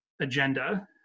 agenda